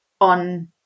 On